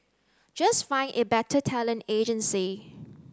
just find a better talent agency